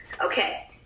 Okay